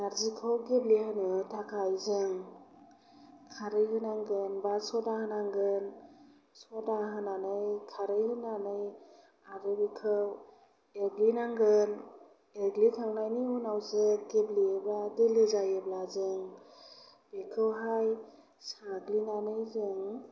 नार्जिखौ गेब्लेहोनो थाखाय जों खारै होनांगोन बा सदा होनांगोन सदा होनानै खारै होनानै आरो बेखौ एरग्लिनांगोन एरग्लिखांनायनि उनावसो गेब्लेयो बा दोलो जायोबा जों बेखौहाय साग्लिनानै जों